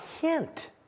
hint